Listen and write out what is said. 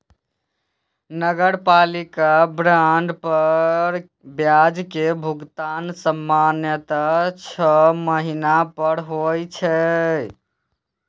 नगरपालिका बांड पर ब्याज के भुगतान सामान्यतः छह महीना पर होइ छै